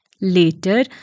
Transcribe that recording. Later